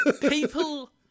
people